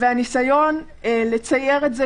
והניסיון לצייר את זה,